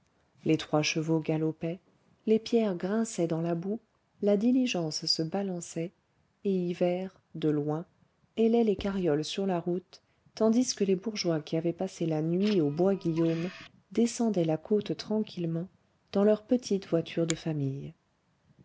les trois chevaux galopaient les pierres grinçaient dans la boue la diligence se balançait et hivert de loin hélait les carrioles sur la route tandis que les bourgeois qui avaient passé la nuit au bois guillaume descendaient la côte tranquillement dans leur petite voiture de famille